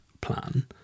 plan